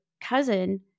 cousin